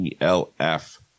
ELF